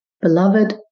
Beloved